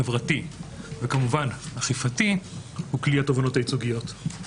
חברתי וכמובן אכיפתי הוא כלי התובענות הייצוגיות.